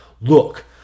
look